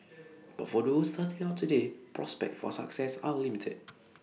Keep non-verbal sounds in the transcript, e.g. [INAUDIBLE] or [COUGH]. [NOISE] but for those starting out today prospects for success are limited